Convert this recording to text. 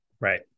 Right